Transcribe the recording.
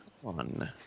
one